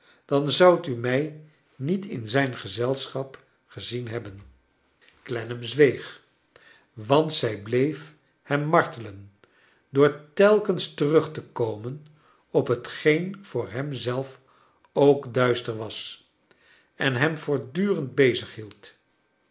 dan zoudt u mij niet in zijn gezelschap gezien hebben clennam zweeg want zij bleef hem martelen door telkens terug te komen op hetgeen voor hem zelf ook duister was en hem voortdmrend